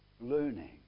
Learning